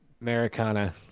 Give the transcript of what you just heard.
Americana